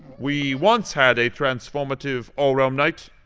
we once had a transformative, all-realm knight,